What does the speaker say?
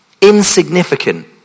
insignificant